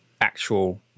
actual